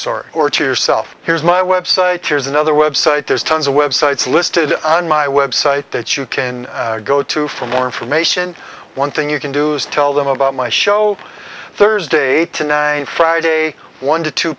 sorry or to yourself here's my website here's another web site there's tons of websites listed on my website that you can go to for more information one thing you can do is tell them about my show thursday to friday one to two